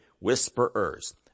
whisperers